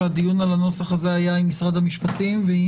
שהדיון על הנוסח הזה היה עם משרד המשפטים ועם ?